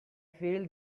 feel